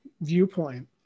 viewpoint